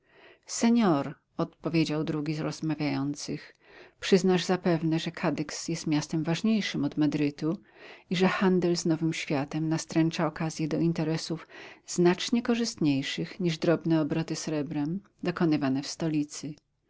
senor odpowiedział drugi z rozmawiających przyznasz zapewne że kadyks jest miastem ważniejszym od madrytu i że handel z nowym światem nastręcza okazję do interesów znacznie korzystniejszych niż drobne obroty srebrem dokonywane w stolicy